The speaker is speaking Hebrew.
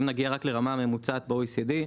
אם נגיע רק לרמה הממוצעת ב-OECD,